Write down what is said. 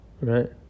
Right